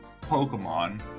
Pokemon